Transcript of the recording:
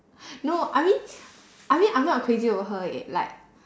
no I mean I mean I'm not crazy over her eh like